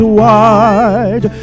wide